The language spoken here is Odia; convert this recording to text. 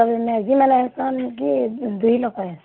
ସବୁ ମାଇଝି ମାନେ ଆଏସନ୍ ଇନ୍କେ ଦୁହି ଲୁକ ଆଏସନ୍